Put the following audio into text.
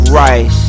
right